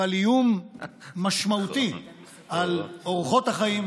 אבל איום משמעותי על אורחות החיים,